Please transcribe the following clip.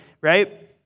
right